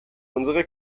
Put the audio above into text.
unsere